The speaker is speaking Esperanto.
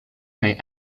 kaj